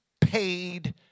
paid